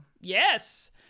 Yes